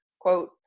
quote